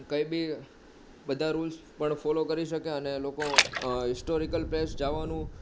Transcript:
કંઈ બી બધા રૂલ્સ પણ ફોલો કરી શકે અને લોકો હિસ્ટોરિકલ પ્લેસ જવાનું